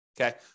okay